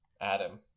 Adam